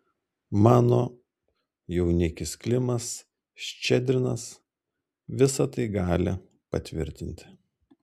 mano jaunikis klimas ščedrinas visa tai gali patvirtinti